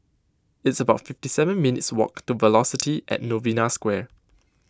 it's about fifty seven minutes' walk to Velocity at Novena Square